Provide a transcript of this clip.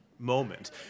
moment